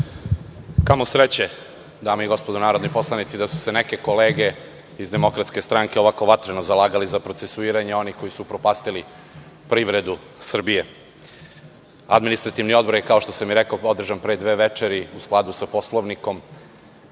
Kamo sreće, kolege narodni poslanici da su se neke kolege iz DS-a ovako vatreno zalagali za procesuiranje onih koji su upropastili privredu Srbije. Administrativni odbor je, kao što sam rekao, održan pre dve večeri u skladu sa Poslovnikom